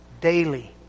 daily